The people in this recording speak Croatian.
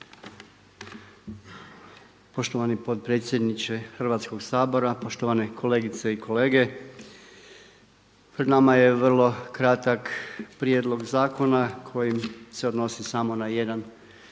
Poštovani potpredsjedniče Hrvatskog sabora, poštovane kolegice i kolege. Pred nama je vrlo kratak prijedlog zakona koji se odnosi samo na jedan